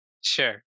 sure